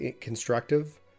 constructive